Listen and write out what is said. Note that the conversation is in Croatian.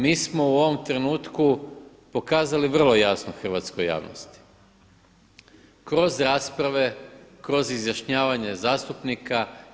Mi smo u ovom trenutku pokazali vrlo jasno hrvatskoj javnosti kroz rasprave, kroz izjašnjavanje zastupnika.